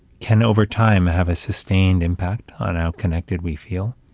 can over time have a sustained impact on how connected we feel.